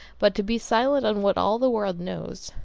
but to be silent on what all the world knows,